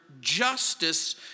justice